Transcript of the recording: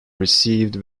received